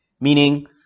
Meaning